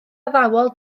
addawol